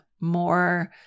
more